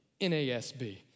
NASB